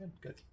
good